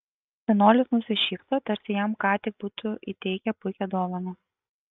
senolis nusišypso tarsi jam ką tik būtų įteikę puikią dovaną